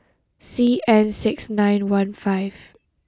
C N six nine one five